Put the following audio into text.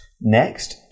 next